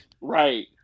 Right